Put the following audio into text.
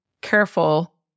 careful